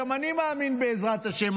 גם אני מאמין בעזרת השם,